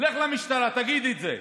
לך למשטרה, תגיד את זה.